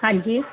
ਹਾਂਜੀ